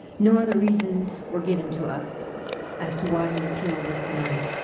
no other reasons were given to us as to why the appeal was denied.